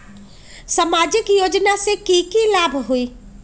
सामाजिक योजना से की की लाभ होई?